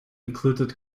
included